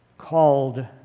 called